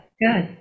good